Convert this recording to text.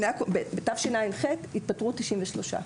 בתשע"ח התפטרו 93 מורים.